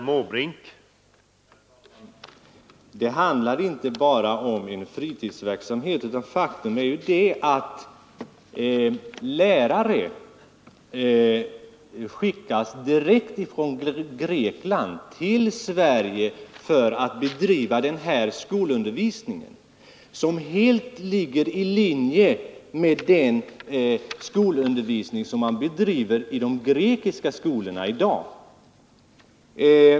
Herr talman! Det handlar inte bara om en fritidsverksamhet, utan faktum är ju att lärare skickas direkt från Grekland till Sverige för att bedriva den här skolundervisningen, som helt ligger i linje med den undervisning som man bedriver i de grekiska skolorna i dag.